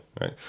right